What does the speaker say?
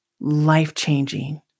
life-changing